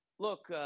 Look